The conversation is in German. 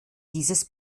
dieses